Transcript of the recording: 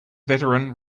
veteran